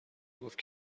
گفت